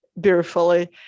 beautifully